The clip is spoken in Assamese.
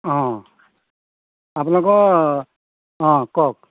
অঁ আপোনালোকৰ অঁ কওক